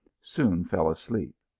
soon fell asleep.